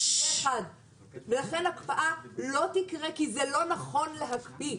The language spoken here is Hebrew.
ואכן הקפאה לא תקרה כי זה לא נכון להקפיא,